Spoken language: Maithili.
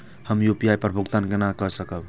हम यू.पी.आई पर भुगतान केना कई सकब?